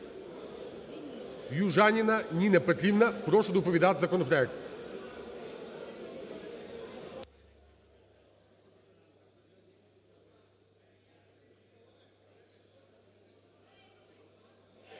Южаніна Ніна Петрівна, прошу доповідати законопроект.